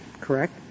correct